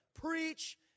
Preach